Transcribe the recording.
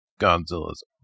Godzilla's